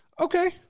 okay